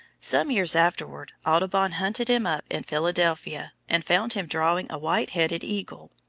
some years afterward, audubon hunted him up in philadelphia, and found him drawing a white headed eagle.